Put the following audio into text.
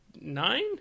nine